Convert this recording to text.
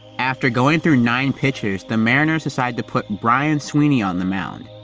after going through nine pitchers the mariners decide to put brian sweeney on the mound.